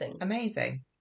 amazing